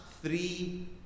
three